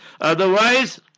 Otherwise